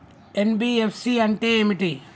NBFC అంటే ఏమిటి?